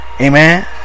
amen